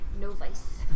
Novice